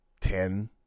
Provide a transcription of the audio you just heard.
ten